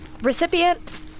Recipient